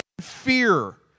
fear